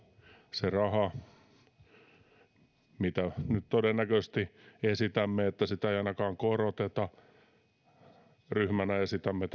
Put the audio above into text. se raha nyt todennäköisesti esitämme että sitä ei ainakaan koroteta ryhmänä esitämme